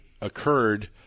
occurred